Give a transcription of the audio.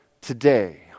today